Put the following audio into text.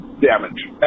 damage